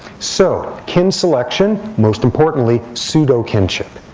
so kin selection most importantly, pseudo kinship.